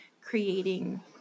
creating